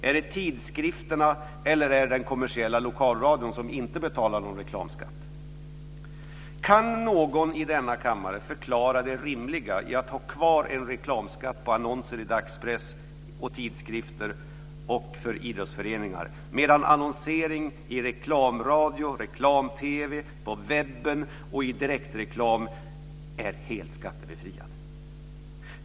Är det tidskrifterna eller den kommersiella lokalradion, som inte betalar någon reklamskatt? Kan någon i denna kammare förklara det rimliga i att ha kvar en reklamskatt på annonser i dagspress och tidskrifter och för idrottsföreningar medan annonsering i reklamradio, reklam-TV, på webben och i direktreklam är helt skattebefriad?